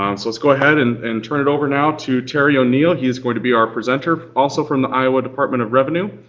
um so let's go ahead and and turn it over now to terry o'neill. he is going to be our presenter also from the iowa department of revenue.